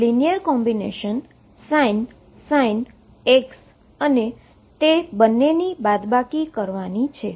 linear combination sin અને તે બંનેની બાદબાકી કરવાની છે